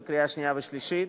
בקריאה שנייה ושלישית.